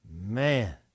man